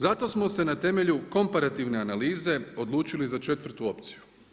Zato smo se na temelju komparativne analize odlučili za 4 opciju.